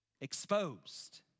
exposed